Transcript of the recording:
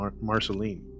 marceline